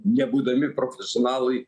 nebūdami profesionalai